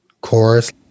chorus